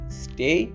stay